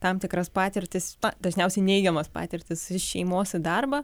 tam tikras patirtis dažniausiai neigiamas patirtis iš šeimos į darbą